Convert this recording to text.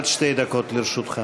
עד שתי דקות לרשותך.